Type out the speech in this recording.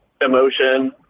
emotion